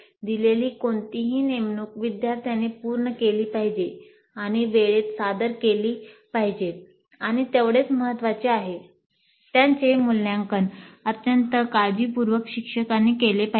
दिलेली कोणतीही नेमणूक विद्यार्थ्यांनी पूर्ण केली पाहिजे आणि वेळेत सादर केली पाहिजे आणि तेवढेच महत्वाचे आहे त्याचे मूल्यांकन अत्यंत काळजीपूर्वक शिक्षकांनी केले पाहिजे